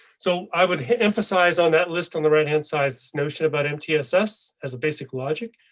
so i would hit emphasize on that list on the right hand side. this notion about mtss as a basic logic.